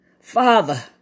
Father